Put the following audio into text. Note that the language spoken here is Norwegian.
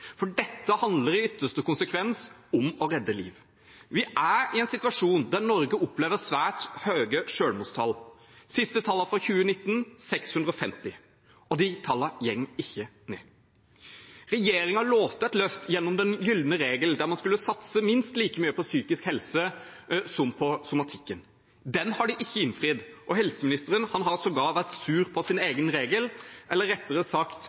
for psykisk helse, for dette handler i ytterste konsekvens om å redde liv. Vi er i en situasjon der Norge opplever svært høye selvmordstall. De siste tallene fra 2019 er 650. Og tallene går ikke ned. Regjeringen lovte et løft gjennom den gylne regel, der man skulle satse minst like mye på psykisk helse som på somatikken. Den har de ikke innfridd. Helseministeren har sågar vært sur på sin egen regel, eller rettere sagt